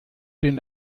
den